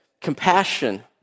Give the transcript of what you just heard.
compassion